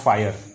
Fire